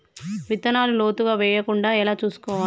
విత్తనాలు లోతుగా వెయ్యకుండా ఎలా చూసుకోవాలి?